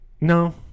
No